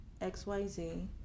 XYZ